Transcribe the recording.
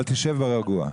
אבל תשב ברגוע.